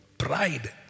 pride